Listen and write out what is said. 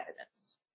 evidence